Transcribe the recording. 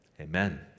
Amen